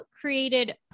created